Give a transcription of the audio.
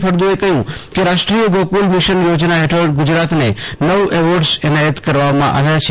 ફળદુએ કહ્યું કે રાષ્ટ્રીય ગો કુલ મિશન યો જના હેઠળ ગુજરાતને નવ એ વોર્ડ એનાયત કરવામાં આવ્યાં છે